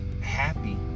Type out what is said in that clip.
happy